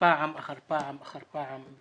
פעם אחר פעם אחר פעם.